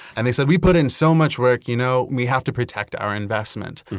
and they said, we put in so much work. you know we have to protect our investment.